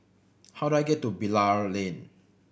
how do I get to Bilal Lane